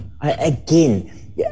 again